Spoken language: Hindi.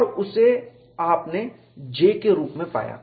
और उसे आपने J के रूप में पाया